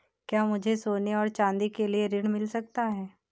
क्या मुझे सोने और चाँदी के लिए ऋण मिल सकता है?